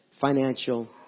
financial